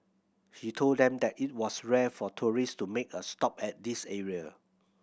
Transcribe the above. he told them that it was rare for tourist to make a stop at this area